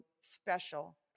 special